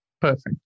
Perfect